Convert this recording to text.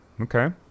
Okay